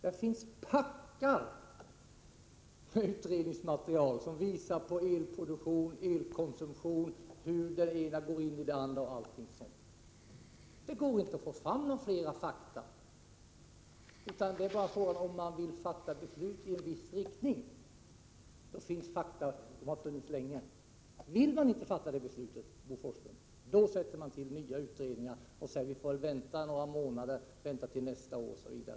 Det finns packar med utredningsmaterial som handlar om elproduktion, elkonsumtion, hur det ena går in i det andra, osv. Det går inte att få fram fler fakta. Det handlar bara om huruvida man vill fatta beslut i en viss riktning. Om man inte vill fatta ett sådant beslut, Bo Forslund, tillsätter man nya utredningar och säger att man skall avvakta utredningarnas arbete några månader.